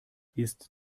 ist